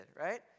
Right